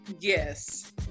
Yes